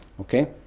Okay